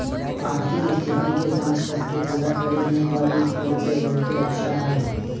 आर्थिक स्थिति के जांच सब के पूरा करे में द बिग फोर के बहुत अच्छा हई